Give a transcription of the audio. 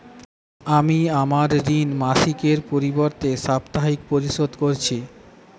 আমি আমার ঋণ মাসিকের পরিবর্তে সাপ্তাহিক পরিশোধ করছি